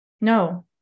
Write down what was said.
No